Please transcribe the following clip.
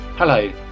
Hello